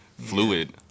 fluid